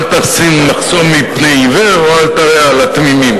תשים מחסום בפני עיוור או אל תרע לתמימים.